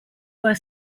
were